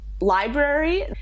library